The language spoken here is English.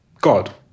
God